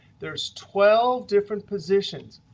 there's twelve different positions.